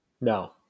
No